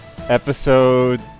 episode